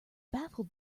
baffled